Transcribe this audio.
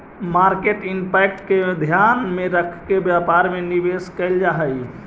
market impact के ध्यान में रखके व्यापार में निवेश कैल जा हई